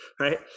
right